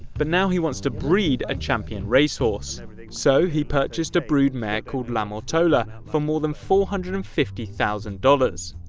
but now he wants to breed a champion race horse. so he purchased a broodmare called la mortola for more than four hundred and fifty thousand dollars.